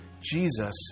Jesus